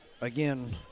again